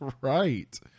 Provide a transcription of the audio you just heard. Right